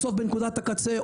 בנקודת הקצה,